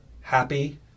Happy